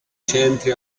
centri